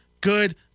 good